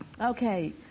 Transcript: Okay